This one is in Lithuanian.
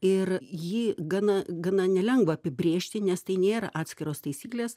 ir jį gana gana nelengva apibrėžti nes tai nėra atskiros taisyklės